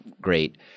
great